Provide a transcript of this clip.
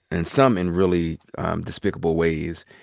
and some in really despicable ways,